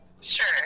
Sure